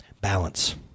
Balance